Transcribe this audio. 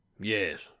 Yes